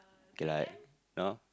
kay lah no